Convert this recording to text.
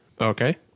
Okay